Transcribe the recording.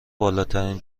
بالاترین